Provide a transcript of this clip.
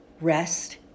Rest